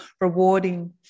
rewarding